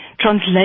translate